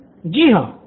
student 1 जी हाँ